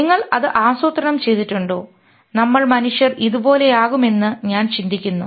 നിങ്ങൾ അത് ആസൂത്രണം ചെയ്തിട്ടുണ്ടോ നമ്മൾ മനുഷ്യർ ഇതുപോലെയാകും എന്ന് ഞാൻ ചിന്തിക്കുന്നു